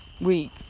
week